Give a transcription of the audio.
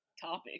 topic